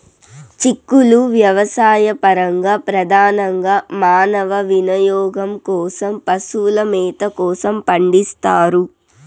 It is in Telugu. చిక్కుళ్ళు వ్యవసాయపరంగా, ప్రధానంగా మానవ వినియోగం కోసం, పశువుల మేత కోసం పండిస్తారు